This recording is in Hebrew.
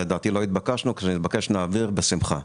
לדעתי לא התבקשנו, וכשנתבקש נעביר בשמחה.